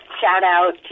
shout-out